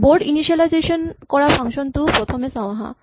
board initialise কৰা function টো প্ৰথমে চাওঁ আহা